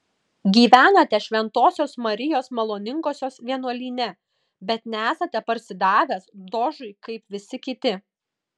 gyvenate šventosios marijos maloningosios vienuolyne bet nesate parsidavęs dožui kaip visi kiti